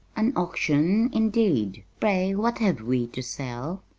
an auction, indeed! pray, what have we to sell?